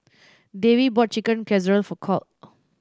Davey bought Chicken Casserole for Colt